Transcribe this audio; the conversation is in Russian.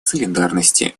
солидарности